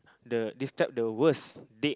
the describe the worst date